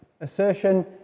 assertion